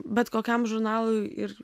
bet kokiam žurnalui ir